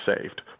saved